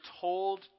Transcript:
told